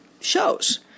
shows